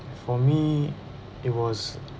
for me it was